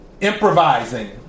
improvising